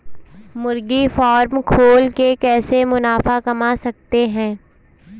मुर्गी फार्म खोल के कैसे मुनाफा कमा सकते हैं?